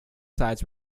sides